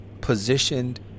positioned